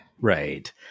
Right